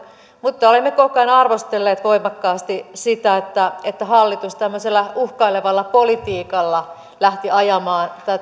mutta olemme koko ajan arvostelleet voimakkaasti sitä että että hallitus tämmöisellä uhkailevalla politiikalla lähti ajamaan